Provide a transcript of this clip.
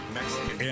Mexican